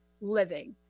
living